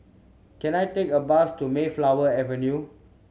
can I take a bus to Mayflower Avenue